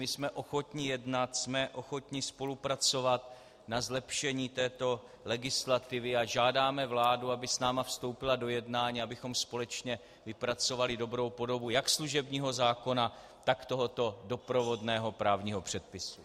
My jsme ochotni jednat, jsme ochotni spolupracovat na zlepšení této legislativy a žádáme vládu, aby s námi vstoupila do jednání, abychom společně vypracovali dobrou podobu jak služebního zákona, tak tohoto doprovodného právního předpisu.